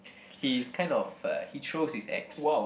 he's kind of uh he throws his axe